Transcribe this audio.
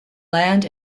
land